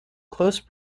close